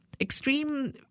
extreme